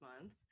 month